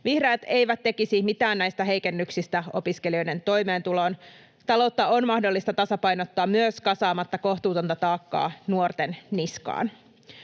Vihreät eivät tekisi mitään näistä heikennyksistä opiskelijoiden toimeentuloon. Taloutta on mahdollista tasapainottaa myös kasaamatta kohtuutonta taakkaa nuorten niskaan.